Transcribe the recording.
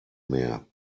mehr